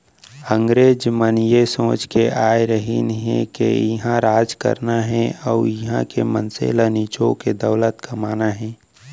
अंगरेज मन ए सोच के आय रहिन के इहॉं राज करना हे अउ इहॉं के मनसे ल निचो के दौलत कमाना हे